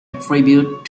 tribute